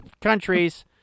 countries